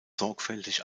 sorgfältig